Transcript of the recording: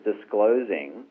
disclosing